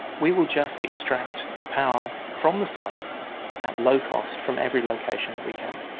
we will just extract power from the sun at low cost from every location that we can.